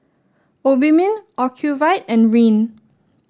Obimin Ocuvite and Rene